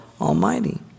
Almighty